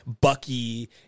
bucky